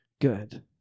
good